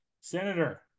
Senator